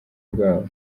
bwabo